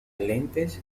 lentes